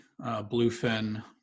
Bluefin